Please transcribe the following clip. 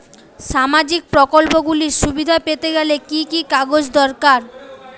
সামাজীক প্রকল্পগুলি সুবিধা পেতে গেলে কি কি কাগজ দরকার?